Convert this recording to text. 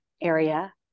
area